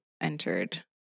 entered